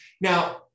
Now